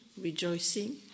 rejoicing